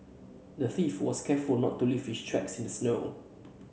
the thief was careful to not leave his tracks in the snow